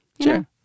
Sure